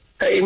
Hey